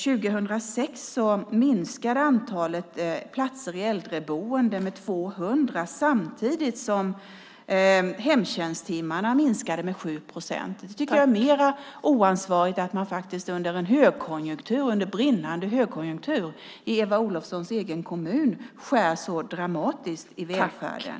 År 2006 minskade antalet platser i äldreboende med 200 samtidigt som hemtjänsttimmarna minskade med 7 procent. Jag tycker att det är mer oansvarigt att man under en högkonjunktur, under brinnande högkonjunktur, i Eva Olofssons egen kommun skär så dramatiskt i välfärden.